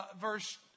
verse